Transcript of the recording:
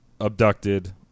abducted